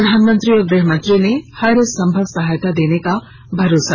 प्रधानमंत्री और गृहमंत्री ने हरसंभव सहायता देने का दिया भरोसा